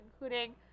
including